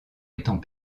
étant